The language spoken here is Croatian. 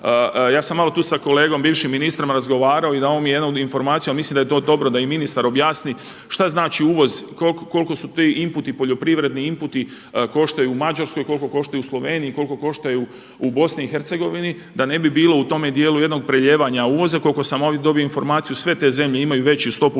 Ja sam malo tu sa kolegom bivšim ministrom razgovarao i dao mi je jednu informaciju, mislim da je to dobro da i ministar objasni šta znači uvoz, koliko su ti inputi poljoprivredni inputi koštaju u Mađarskoj, koliko koštaju u Sloveniji, koliko koštaju u BIH da ne bi bilo u tome djelu jednog prelijevanja uvoza. Koliko sam ovdje dobio informaciju sve te zemlje imaju veću stopu